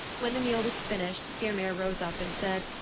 when the meal was finished skyrmir rose up and said,